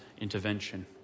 intervention